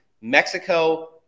Mexico